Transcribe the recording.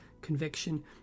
conviction